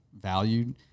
valued